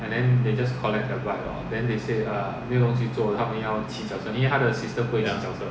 ya